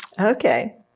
Okay